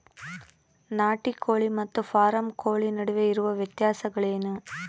ನಾಟಿ ಕೋಳಿ ಮತ್ತು ಫಾರಂ ಕೋಳಿ ನಡುವೆ ಇರುವ ವ್ಯತ್ಯಾಸಗಳೇನು?